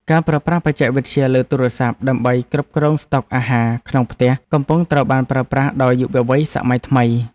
ការប្រើប្រាស់បច្ចេកវិទ្យាលើទូរស័ព្ទដើម្បីគ្រប់គ្រងស្តុកអាហារក្នុងផ្ទះកំពុងត្រូវបានប្រើប្រាស់ដោយយុវវ័យសម័យថ្មី។